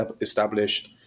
established